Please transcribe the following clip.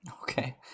Okay